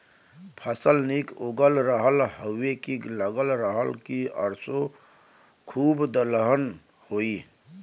फसल निक उगल रहल हउवे की लगत रहल की असों खूबे दलहन होई